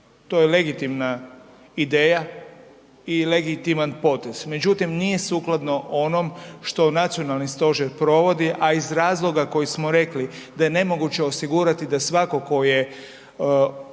To je legitimna ideja i legitiman potez, međutim nije sukladno onom što nacionalni stožer provodi, a iz razloga koji smo rekli da je nemoguće osigurati da svako ko je zaražen